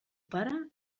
pare